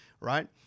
right